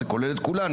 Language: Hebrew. זה כולל את כולם,